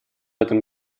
этом